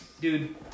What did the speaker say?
dude